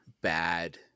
bad